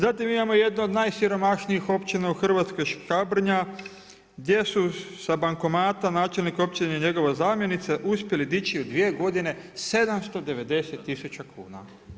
Zatim imamo jednu od najsiromašnijih općina u Hrvatskoj, Škabrnja, gdje su sa bankomata načelnik općine i njegova zamjenica uspjeli dići u dvije godine 790 tisuća kuna.